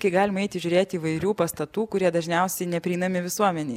kai galima eiti žiūrėti įvairių pastatų kurie dažniausiai neprieinami visuomenei